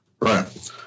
Right